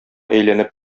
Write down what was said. әйләнеп